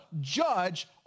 judge